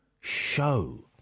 show